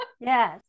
Yes